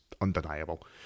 undeniable